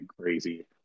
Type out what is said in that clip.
crazy